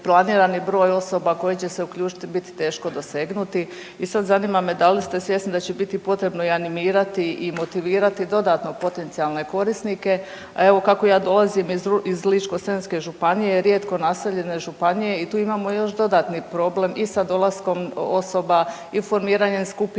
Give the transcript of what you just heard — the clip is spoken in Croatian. planirani broj osoba koji će se uključiti biti teško dosegnuti. I sad zanima me da li ste svjesni da će biti potrebno i animirati i motivirati dodatno potencijalne korisnike, a evo kako ja dolazim iz Ličko-senjske županije, rijetko naseljene županije i tu imamo još dodatni problem i sa dolaskom osoba, informiranjem skupina,